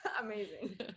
Amazing